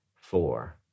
four